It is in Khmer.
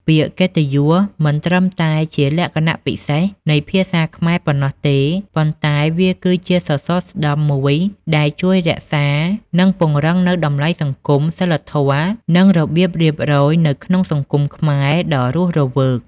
ពាក្យកិត្តិយសមិនត្រឹមតែជាលក្ខណៈពិសេសនៃភាសាខ្មែរប៉ុណ្ណោះទេ ប៉ុន្តែវាគឺជាសរសរស្តម្ភមួយដែលជួយរក្សា និងពង្រឹងនូវតម្លៃសង្គម សីលធម៌ និងរបៀបរៀបរយនៅក្នុងសង្គមខ្មែរដ៏រស់រវើក។